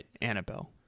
Annabelle